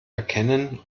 erkennen